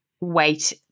wait